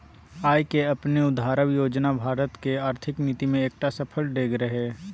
आय केँ अपने उघारब योजना भारतक आर्थिक नीति मे एकटा सफल डेग रहय